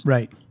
Right